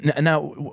Now